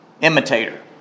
imitator